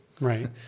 right